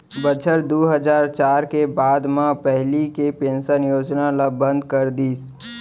बछर दू हजार चार के बाद म पहिली के पेंसन योजना ल बंद कर दिस